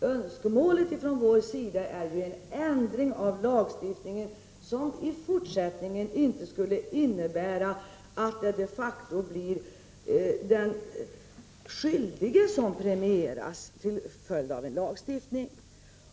Önskemålet från vår sida är ändring av lagstiftningen så att den i fortsättningen inte skulle innebära att det de facto blir den skyldige som premieras till följd av en lagstiftning.